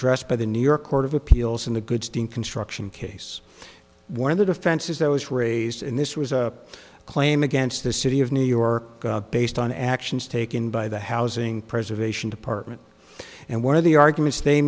dress by the new york court of appeals in the goodstein construction case one of the defenses that was raised in this was a claim against the city of new york based on actions taken by the housing preservation department and one of the arguments they